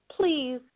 please